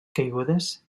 caigudes